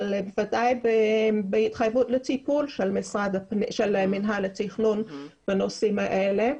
צריכה להיות התחייבות לתיקון של מינהל התכנון בנושאים האלה.